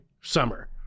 summer